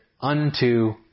unto